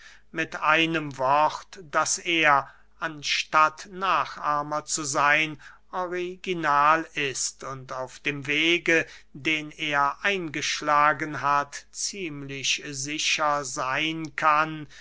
mit einem wort daß er anstatt nachahmer zu seyn original ist und auf dem wege den er eingeschlagen hat ziemlich sicher seyn kann